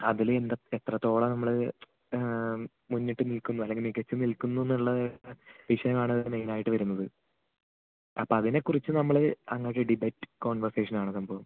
അതിൽ എന്ത് എത്രത്തോളം നമ്മൾ മുന്നിട്ട് നിൽക്കുന്നു അല്ലെങ്കിൽ മികച്ചു നിൽക്കുന്നു എന്നുള്ളത് വിഷയമാണ് ഇതിന് മെയിനായിട്ട് വരുന്നത് അപ്പം അതിനെക്കുറിച്ച് നമ്മൾ അന്നൊരു ഡിബേറ്റ് കോൺവർസേഷനാണ് സംഭവം